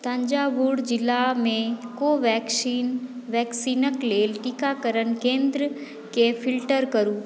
तंजावूर जिला मे कोवेक्सिन वैक्सीनक लेल टीकाकरण केंद्रके फ़िल्टर करु